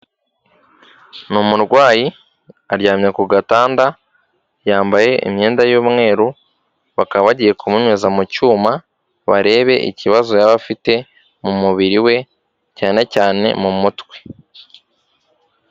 Ni umurwayi aryamye ku gatanda yambaye imyenda y'umweru, bakaba bagiye kumunyuza mu cyuma barebe ikibazo yaba afite mu mubiri we, cyane cyane mu mutwe.